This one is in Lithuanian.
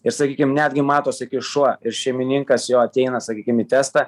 ir sakykim netgi matosi kai šuo ir šeimininkas jo ateina sakykim į testą